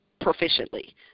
proficiently